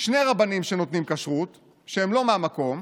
שני הרבנים שנותנים כשרות שהם לא מהמקום,